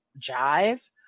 jive